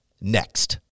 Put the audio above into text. Next